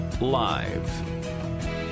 Live